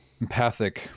empathic